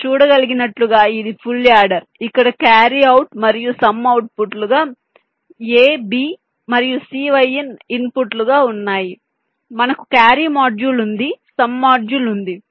మీరు చూడగలిగినట్లుగా ఇది ఫుల్ యాడర్ ఇక్కడ క్యారీ అవుట్ మరియు సమ్ అవుట్పుట్ లుగా a b మరియు cy in ఇన్పుట్లుగా ఉన్నాయి మనకు క్యారీ మాడ్యూల్ వుంది సమ్ మాడ్యూల్ ఉంది